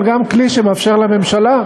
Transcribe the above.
אבל גם כלי שמאפשר לממשלה,